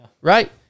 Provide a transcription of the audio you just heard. Right